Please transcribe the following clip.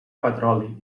petroli